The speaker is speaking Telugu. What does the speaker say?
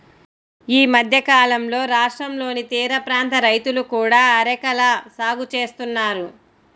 ఈ మధ్యకాలంలో రాష్ట్రంలోని తీరప్రాంత రైతులు కూడా అరెకల సాగు చేస్తున్నారు